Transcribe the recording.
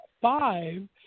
five